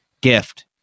gift